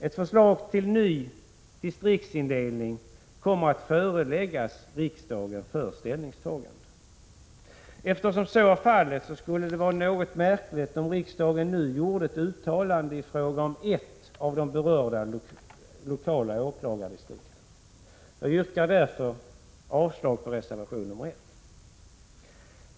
Ett förslag om en ny distriktsindelning kommer att föreläggas riksdagen för ställningstagande. Eftersom så är fallet skulle det vara något märkligt om riksdagen nu gjorde ett uttalande i fråga om ett av de berörda lokala åklagardistrikten. Jag yrkar därför avslag på reservation nr 1.